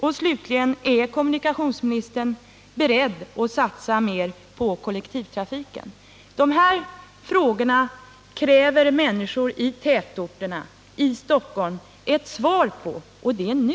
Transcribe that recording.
Och slutligen: Är kommunikationsministern beredd att satsa mer på kollektivtrafiken? Dessa frågor kräver människor i tätorterna, i Stockholm, ett svar på, och det nu!